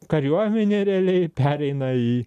kariuomenė realiai pereina į